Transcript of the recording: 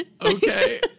Okay